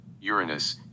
Uranus